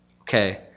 okay